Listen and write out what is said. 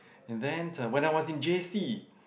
and then when I was in J_C